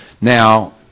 Now